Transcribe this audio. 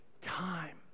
time